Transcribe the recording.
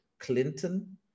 Clinton